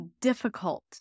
difficult